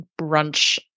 brunch